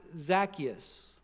Zacchaeus